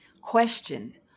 Question